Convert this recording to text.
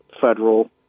federal